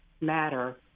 matter